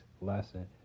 lesson